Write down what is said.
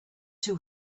two